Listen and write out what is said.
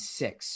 six